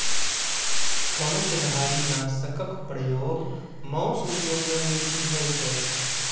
कवचधारीनाशकक प्रयोग मौस उद्योग मे बेसी होइत अछि